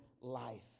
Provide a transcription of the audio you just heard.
life